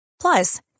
Plus